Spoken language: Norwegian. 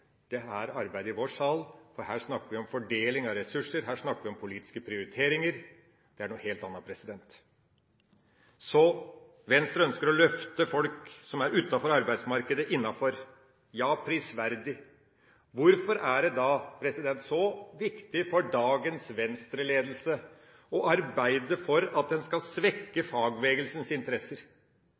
arbeidet i vår sal, for her snakker vi om fordeling av ressurser, her snakker vi om politiske prioriteringer. Det er noe helt annet. Venstre ønsker å løfte folk som er utenfor arbeidsmarkedet, innenfor. Ja, det er prisverdig. Hvorfor er det da så viktig for dagens Venstre-ledelse å arbeide for at en skal svekke fagbevegelsens interesser?